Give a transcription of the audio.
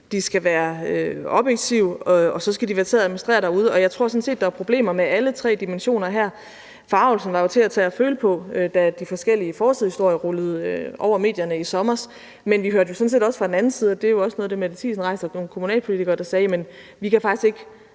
de skal være objektive, og så skal de være til at administrere derude. Og jeg tror sådan set, der er problemer med alle tre dimensioner her. Forargelsen var jo til at tage og føle på, da de forskellige forsidehistorier rullede over de forskellige medier i sommers. Men vi hørte jo sådan set også fra den anden side – og det også noget af det, Mette Thiesen nævner – om nogle kommunalpolitikere, der sagde: Vi kan faktisk ikke